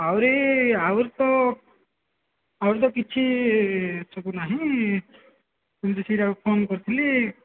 ଆହୁରି ଆହୁରି ତ ଆହୁରି ତ କିଛି ଏ ସବୁ ନାହିଁ କୁ ଫୋନ୍ କରିଥିଲି